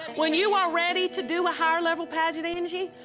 when you are ready to do a higher-level pageant, angie,